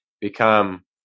become